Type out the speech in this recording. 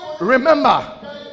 remember